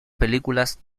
películas